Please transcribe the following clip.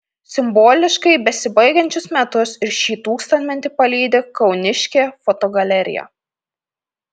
simboliškai besibaigiančius metus ir šį tūkstantmetį palydi kauniškė fotogalerija